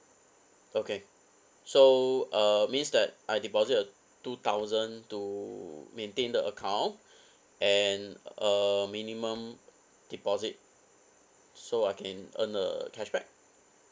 okay so uh means that I deposit a two thousand to maintain the account and uh minimum deposit so I can earn the cashback